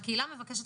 הקהילה מבקשת,